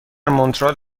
مونترال